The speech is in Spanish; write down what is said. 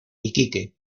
iquique